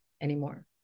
anymore